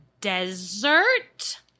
desert